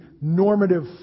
normative